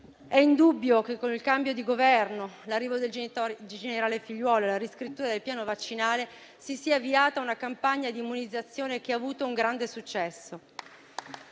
È indubbio che con il cambio di Governo, l'arrivo del generale Figliuolo e la riscrittura del piano vaccinale si sia avviata una campagna d'immunizzazione che ha avuto un grande successo.